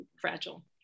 fragile